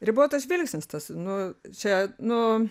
ribotas žvilgsnis tas nu čia nu